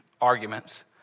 arguments